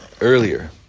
earlier